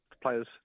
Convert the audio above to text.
players